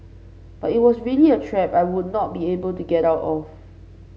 but it was really a trap I would not be able to get out of